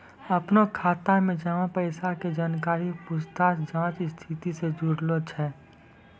अपनो खाता मे जमा पैसा के जानकारी पूछताछ जांच स्थिति से जुड़लो छै